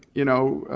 you know,